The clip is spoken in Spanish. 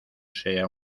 sea